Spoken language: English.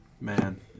man